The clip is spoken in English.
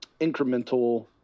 incremental